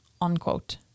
unquote